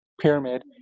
pyramid